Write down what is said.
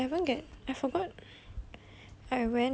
I went back and then